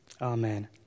Amen